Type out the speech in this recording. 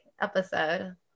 episode